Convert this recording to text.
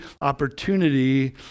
opportunity